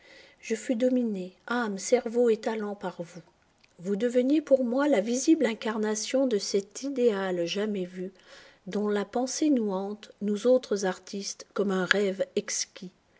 je fus dominé âme cerveau et talent par vous vous deveniez pour moi la visible incarnation de cet idéal jamais vu dont la pensée nous hante nous autres artistes comme un rêve exquis